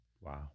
Wow